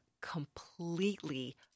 completely